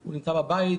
הוא נמצא בבית,